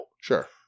Sure